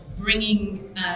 bringing